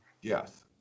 Yes